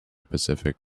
pacific